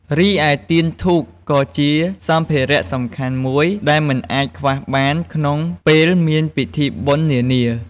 រីឯ ទៀនធូបក៏ជាសម្ភារៈសំខាន់មួយ ដែលមិនអាចខ្វះបានក្នុងពេលមានពិធីបុណ្យនានា។